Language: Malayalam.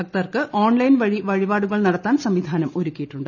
ഭക്തർക്ക് ഓൺലൈൻ വഴി വഴിപാടുകൾ നടത്താൻ സംവിധാനം ഒരുക്കിയിട്ടുണ്ട്